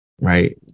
Right